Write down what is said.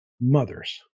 mothers